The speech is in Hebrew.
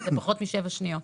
זה פחות מ-7 שניות.